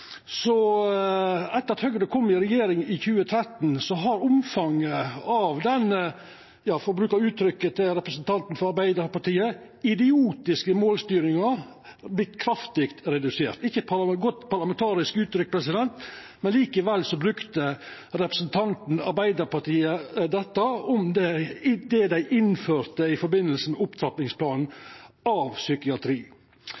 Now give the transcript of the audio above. etter at Høgre kom i regjering i 2013, har omfanget av den idiotiske målstyringa – for å bruka uttrykket til representanten frå Arbeidarpartiet – vorte kraftig redusert. Det er ikkje eit godt parlamentarisk uttrykk, likevel brukte representanten frå Arbeidarpartiet dette om det dei innførte i samband med